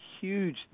huge